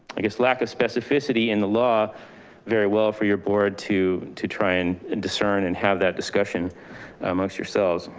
i guess, lack of specificity in the law very well for your board to to try and and discern and have that discussion amongst yourselves.